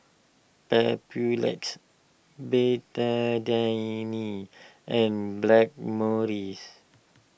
Papulex Betadine and Blackmores